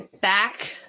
back